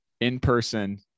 in-person